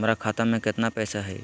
हमर खाता मे केतना पैसा हई?